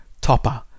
topper